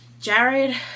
jared